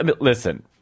Listen